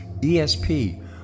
ESP